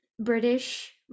British